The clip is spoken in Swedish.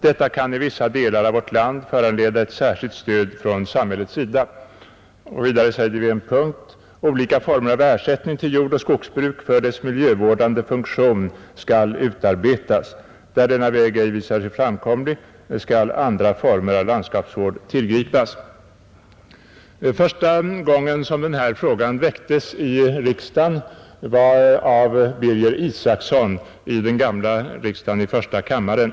Detta kan i vissa delar av vårt land föranleda ett särskilt stöd från samhällets sida.” I en särskild punkt heter det: ”Olika former av ersättning till jordoch skogsbruk för dess miljövårdande funktion skall utarbetas. Där denna väg ej visar sig framkomlig skall andra former av landskapsvård tillgripas.” Den förste som väckte denna fråga i riksdagen var Birger Isacson i första kammaren.